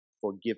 forgive